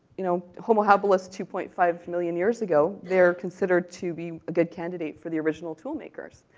you know, homo habilis two point five million years ago, they're considered to be a good candidate for the original toolmakers.